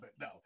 no